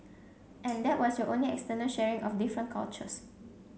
and that was your only external sharing of different cultures